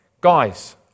Guys